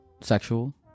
sexual